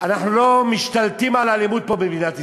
אנחנו לא משתלטים על האלימות פה במדינת ישראל.